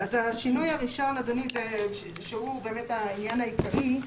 השינוי הראשון, שהוא באמת העניין העיקרי,